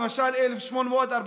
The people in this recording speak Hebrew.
למשל על 1848,